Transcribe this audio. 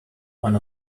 one